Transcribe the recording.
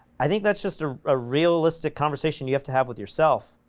i think that's just a ah realistic conversation you have to have with yourself,